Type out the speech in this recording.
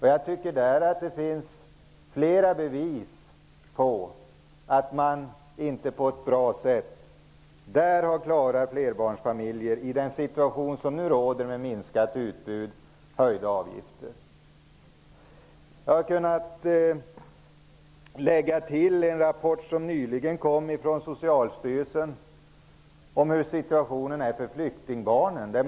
I den finns flera bevis för att man inte på ett bra sätt har klarat att ta hand om flerbarnsfamiljerna med tanke på den rådande situationen med minskat utbud och höjda avgifter. Jag hade kunnat lägga till en annan rapport, som nyligen kommit från Socialstyrelsen och som handlar om hur situationen för flyktingbarnen ser ut.